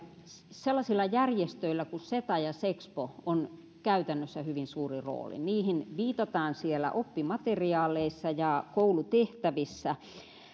sellaisilla järjestöillä kuin seta ja sexpo on käytännössä hyvin suuri rooli niihin viitataan siellä oppimateriaaleissa ja koulutehtävissä